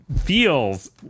feels